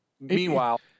meanwhile